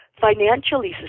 financially